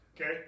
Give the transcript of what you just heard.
okay